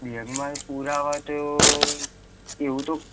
બેગમાં પુરાવા તો એવું તો